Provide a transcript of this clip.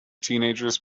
teenagers